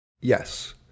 Yes